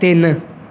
ਤਿੰਨ